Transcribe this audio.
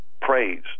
praise